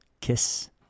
kiss